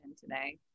today